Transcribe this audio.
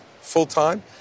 full-time